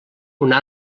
una